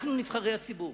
אנחנו נבחרי הציבור,